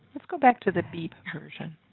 let's go back to the beep version.